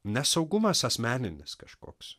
nesaugumas asmeninis kažkoks